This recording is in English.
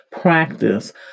practice